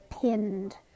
pinned